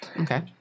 Okay